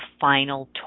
final